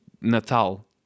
Natal